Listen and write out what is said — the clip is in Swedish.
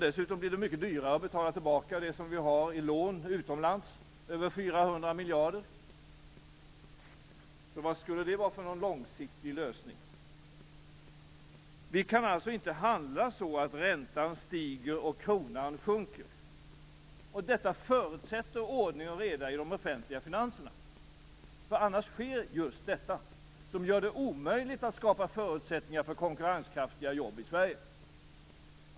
Dessutom blir det mycket dyrare att betala tillbaka det vi har lånat utomlands - över 400 miljarder. Så vad skulle det vara för långsiktig lösning? Vi kan alltså inte handla så att räntan stiger och kronan sjunker. Detta förutsätter ordning och reda i de offentlig finanserna, för annars sker just detta som gör det omöjligt att skapa förutsättningar för konkurrenskraftiga jobb i Sverige.